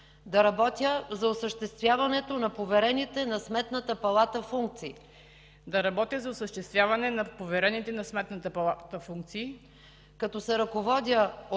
да работя за осъществяването на поверените на Сметната палата функции, като се ръководя от